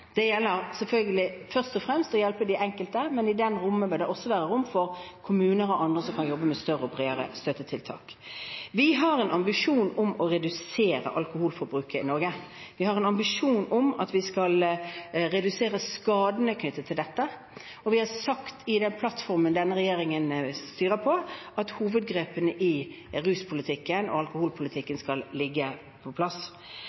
Det gjelder selvfølgelig først og fremst å hjelpe de enkelte, men her vil det også være rom for kommuner og andre som kan jobbe med større og bredere støttetiltak. Vi har en ambisjon om å redusere alkoholforbruket i Norge. Vi har en ambisjon om at vi skal redusere skadene knyttet til dette, og vi har sagt i den plattformen denne regjeringen styrer på, at hovedgrepene i ruspolitikken og i alkoholpolitikken skal ligge